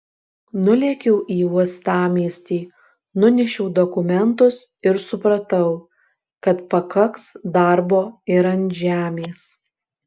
nulėkiau į uostamiestį nunešiau dokumentus ir supratau kad pakaks darbo ir ant žemės